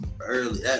early